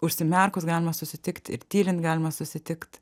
užsimerkus galima susitikt ir tylin galima susitikt